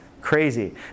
crazy